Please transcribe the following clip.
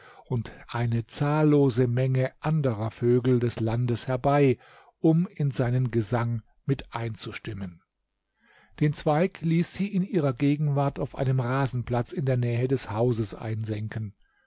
und eine zahllose menge anderer vögel des landes herbei um in seinen gesang mit einzustimmen den zweig ließ sie in ihrer gegenwart auf einem rasenplatz in der nähe des hauses einsenken